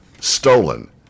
stolen